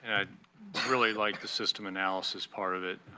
i really like the system analysis part of it.